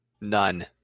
none